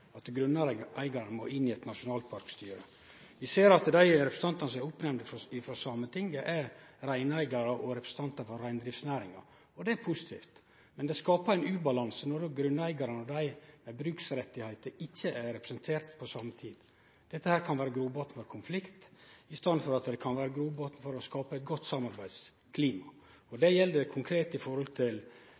at grunneigaren må inn i eit nasjonalparkstyre. Vi ser at dei representantane som er oppnemnde frå Sametinget, er reineigarar og representantar frå reindriftsnæringa. Det er positivt, men det skapar ein ubalanse når grunneigarane og dei med bruksrettar ikkje er representerte på same tid. Dette kan vere grobotn for konflikt, i staden for at det kan vere grobotn for å skape eit godt samarbeidsklima. Det gjeld konkret i